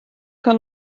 kann